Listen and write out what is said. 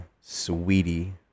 Sweetie